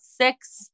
six